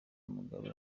mugabe